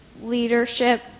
leadership